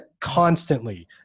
constantly